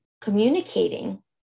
communicating